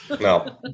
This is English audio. no